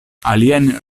aliajn